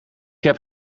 heb